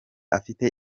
afite